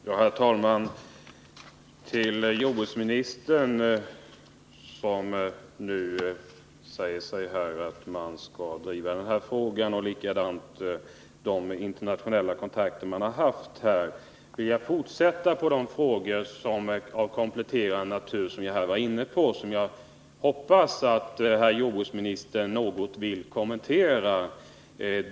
Herr talman! Jordbruksministern säger nu att man skall driva den här frågan och fortsätta med de internationella kontakter man haft. Jag vill emellertid ytterligare beröra de frågor av kompletterande natur som jag tidigare ställt och som jag hoppas att jordbruksministern något vill kommentera.